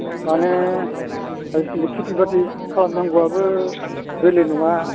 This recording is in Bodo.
माने आजिखालि खेथि बाथि खालामनांगौआबो गोरलै नङा